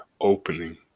opening